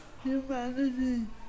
humanity